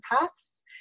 paths